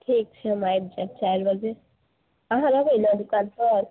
ठीक छै हम आयब जाएब चारि बजे आहाँ रहबै ने दुकान पर